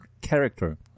character